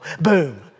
boom